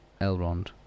Elrond